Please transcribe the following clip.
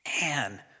man